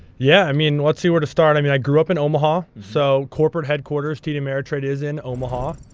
yeah, i mean, let's see, where to start. i mean, i grew up in omaha. so corporate headquarters td ameritrade is in omaha.